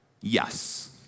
yes